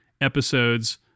episodes